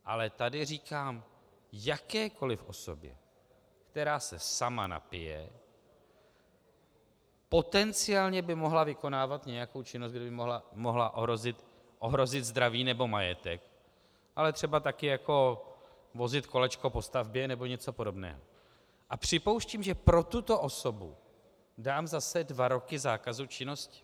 Ale tady říkám jakékoliv osobě, která se sama napije, potenciálně by mohla vykonávat nějakou činnost, kde by mohla ohrozit zdraví nebo majetek, ale třeba taky jako vozit kolečko po stavbě nebo něco podobného, a připouštím, že pro tuto osobu dám zase dva roky zákazu činnosti.